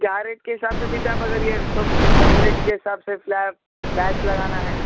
کیا ریٹ کے حساب سے سیتے آپ اگر یہ سب فیسیلٹی کے حساب سے سیا بیچ لگانا ہے